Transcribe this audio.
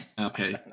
Okay